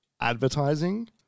advertising